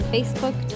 Facebook